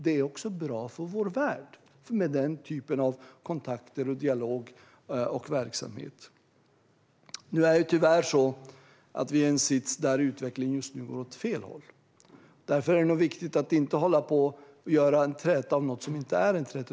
Det är också bra för vår värld med denna typ av kontakter, dialog och verksamhet. Nu är vi tyvärr i en sits där utvecklingen just nu går åt fel håll. Därför är det viktigt att inte hålla på och göra en träta av något som inte är en träta.